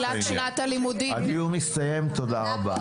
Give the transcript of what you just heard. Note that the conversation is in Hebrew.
הדיון הסתיים, תודה רבה.